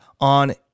on